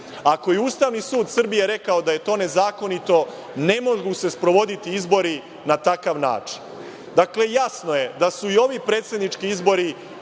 Ako je Ustavni sud Srbije rekao da je to nezakonito, ne mogu se sprovoditi izbori na takav način. Dakle, jasno je da su i ovi predsednički izbori